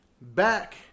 Back